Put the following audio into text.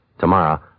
Tomorrow